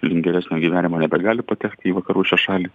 link geresnio gyvenimo nebegali patekti į vakarų šią šalį